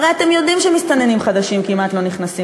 הרי אתם יודעים שמסתננים חדשים כבר כמעט לא נכנסים,